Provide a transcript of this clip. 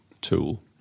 tool